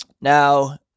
Now